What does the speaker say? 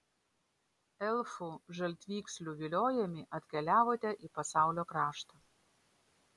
elfų žaltvykslių viliojami atkeliavote į pasaulio kraštą